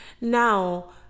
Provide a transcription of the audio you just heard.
Now